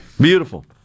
Beautiful